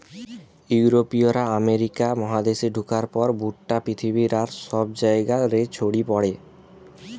ইউরোপীয়রা আমেরিকা মহাদেশে ঢুকার পর ভুট্টা পৃথিবীর আর সব জায়গা রে ছড়ি পড়ে